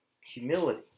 humility